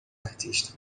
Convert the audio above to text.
artista